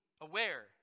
aware